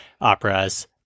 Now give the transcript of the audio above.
operas